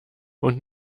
und